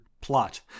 plot